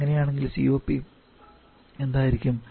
അങ്ങനെയാണെങ്കിൽ COP എന്തായിരിക്കും